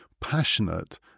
passionate